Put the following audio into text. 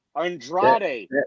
Andrade